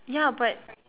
ya but